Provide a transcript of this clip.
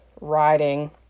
riding